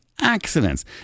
Accidents